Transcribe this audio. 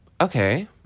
Okay